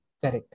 Correct